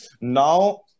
now